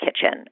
kitchen